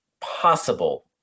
possible